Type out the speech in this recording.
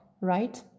right